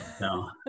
No